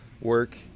work